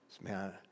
Man